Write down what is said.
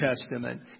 Testament